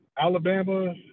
Alabama